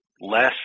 less